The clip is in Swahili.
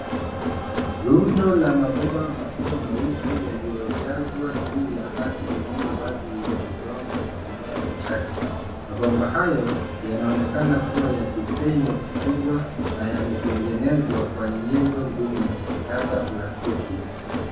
Rundo la mabomba makubwa meusi yaliyojazwa juu ya ardhi iliyo wazi yenye udongo na mimea michache. Mabomba hayo yanaonekana kuwa ya kipenyo kikubwa na yametengenezwa kwa nyenzo ngumu labda plastiki.